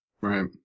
right